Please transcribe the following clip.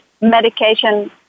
medication